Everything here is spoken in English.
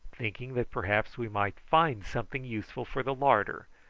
thinking that perhaps we might find something useful for the larder,